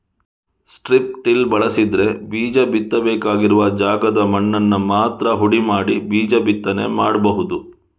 strip till ಬಳಸಿದ್ರೆ ಬೀಜ ಬಿತ್ತಬೇಕಾಗಿರುವ ಜಾಗದ ಮಣ್ಣನ್ನ ಮಾತ್ರ ಹುಡಿ ಮಾಡಿ ಬೀಜ ಬಿತ್ತನೆ ಮಾಡ್ಬಹುದು